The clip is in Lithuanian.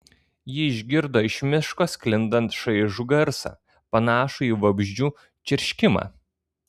ji išgirdo iš miško sklindant šaižų garsą panašų į vabzdžių čerškimą